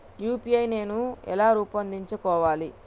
UPI నేను ఎలా రూపొందించుకోవాలి?